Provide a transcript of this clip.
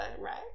right